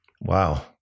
Wow